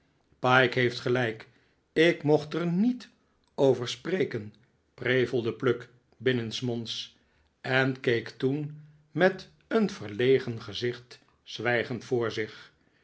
pyke heeft gelijk ik mocht er niet over spreken prevelde pluck binnensmonds en keek toen met een verlegen gezicht zwijgend voor zich